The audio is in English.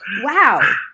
wow